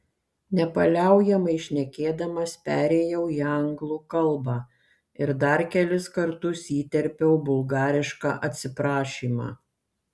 nepaliaujamai šnekėdamas perėjau į anglų kalbą ir dar kelis kartus įterpiau bulgarišką atsiprašymą